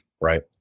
right